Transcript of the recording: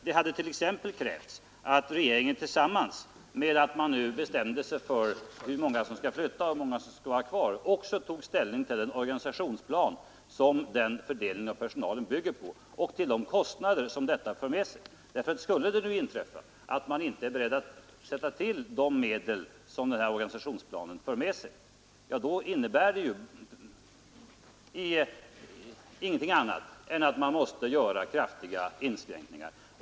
Det hade t.ex. varit rimligt om regeringen samtidigt som man bestämde sig för hur många som skulle flytta och hur många som skulle vara kvar också hade tagit ställning till den organisationsplan som fördelningen av personalen bygger på och till de kostnader som detta för med sig. Om man inte är beredd att anslå de medel som organisationsplanen förutsätter är risken naturligtvis stor för att man måste göra kraftiga personalinskränkningar.